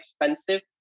expensive